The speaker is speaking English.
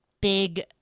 big